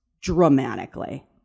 dramatically